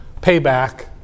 payback